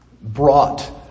brought